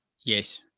yes